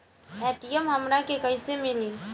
ATM हमरा के कइसे मिली?